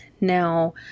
Now